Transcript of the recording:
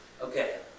Okay